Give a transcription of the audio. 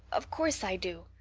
of course i do.